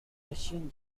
russian